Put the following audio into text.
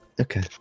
okay